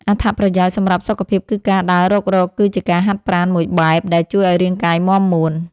អត្ថប្រយោជន៍សម្រាប់សុខភាពគឺការដើររុករកគឺជាការហាត់ប្រាណមួយបែប ដែលជួយឱ្យរាងកាយមាំមួន។